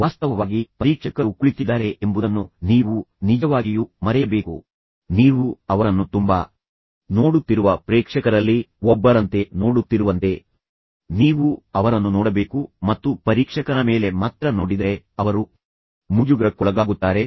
ವಾಸ್ತವವಾಗಿ ಪರೀಕ್ಷಕರು ಕುಳಿತಿದ್ದಾರೆ ಎಂಬುದನ್ನು ನೀವು ನಿಜವಾಗಿಯೂ ಮರೆಯಬೇಕು ನೀವು ಅವರನ್ನು ತುಂಬಾ ನೋಡುತ್ತಿರುವ ಪ್ರೇಕ್ಷಕರಲ್ಲಿ ಒಬ್ಬರಂತೆ ನೋಡುತ್ತಿರುವಂತೆ ನೀವು ಅವರನ್ನು ನೋಡಬೇಕು ಮತ್ತು ಪರೀಕ್ಷಕನ ಮೇಲೆ ಮಾತ್ರ ನೋಡಿದರೆ ಅವರು ಮುಜುಗರಕ್ಕೊಳಗಾಗುತ್ತಾರೆ